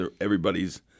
everybody's